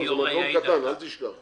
שלום, אני פותח את הישיבה.